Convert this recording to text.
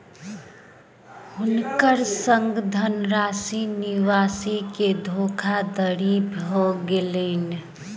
हुनकर संग धनराशि निकासी के धोखादड़ी भेलैन